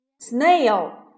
snail